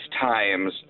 times